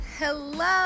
Hello